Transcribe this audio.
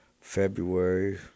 February